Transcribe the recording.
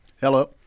Hello